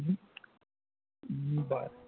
बरें